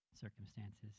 circumstances